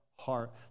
heart